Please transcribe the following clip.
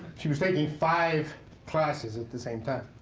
she was taking five classes at the same time.